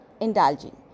indulging